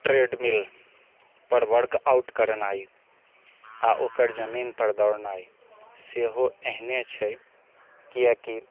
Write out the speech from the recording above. treadmill पर workout करनाइ आ ओकर जमीन पर दौड़नाइ सेहो एहने छै कियाकि